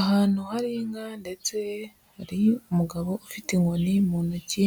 Ahantu hari inka ndetse hari umugabo ufite inkoni mu ntoki,